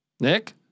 Nick